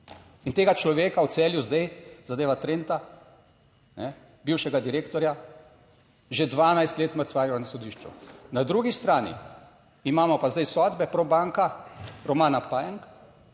In tega človeka v Celju zdaj zadeva Trenta, bivšega direktorja že 12 let mrcvarijo na sodišču. Na drugi strani imamo pa zdaj sodbe Probanka, Romana Pajenk,